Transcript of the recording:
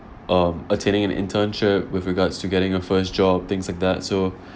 um attaining an internship with regards to getting your first job things like that so